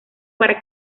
para